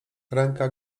ręka